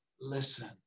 Listen